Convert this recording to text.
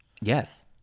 yes